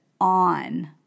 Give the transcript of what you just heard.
on